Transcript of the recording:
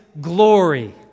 glory